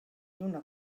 lluna